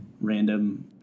random